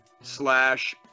slash